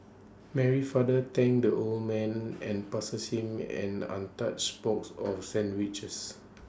Mary's father thanked the old man and passed A same an untouched box of sandwiches